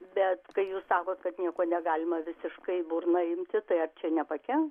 bet kai jūs sakot kad nieko negalima visiškai į burną imti tai ar čia nepakenk